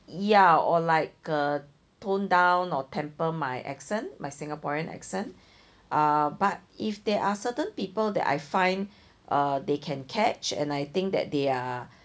ya or like uh tone down or temper my accent my singaporean accent um but if they are certain people that I find uh they can catch and I think that they um